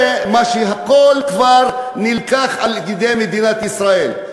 שהכול כבר נלקח על-ידי מדינת ישראל.